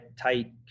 tight